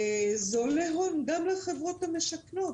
זה עולה הון גם לחברות המשכנות,